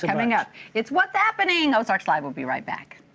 coming up. it's what's happening! ozarks live will be right back.